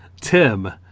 Tim